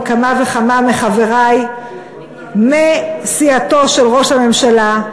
עם כמה וכמה מחברי מסיעתו של ראש הממשלה,